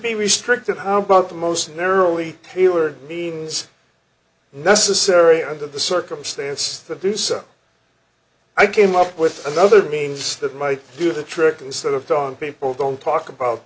be restricted how about the most narrowly tailored means necessary under the circumstance that do so i came up with another means that might do the trick instead of telling people don't talk about